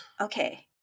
Okay